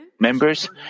Members